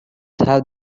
have